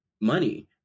money